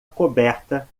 coberta